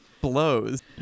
blows